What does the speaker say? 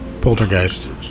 Poltergeist